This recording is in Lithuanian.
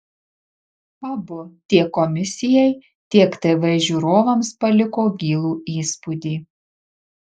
abu tiek komisijai tiek tv žiūrovams paliko gilų įspūdį